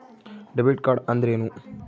Debit card ಅಂದ್ರೇನು?